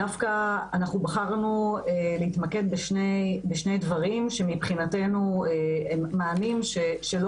אנחנו בחרנו להתמקד בשני דברים שמבחינתנו הם מענים שלא